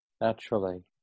naturally